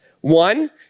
One